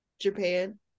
Japan